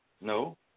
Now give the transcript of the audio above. no